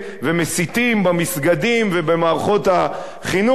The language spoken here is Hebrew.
ומסיתים במסגדים ובמערכות החינוך,